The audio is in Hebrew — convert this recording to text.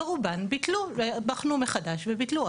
ורובן ביטלו, בחנו מחדש וביטלו.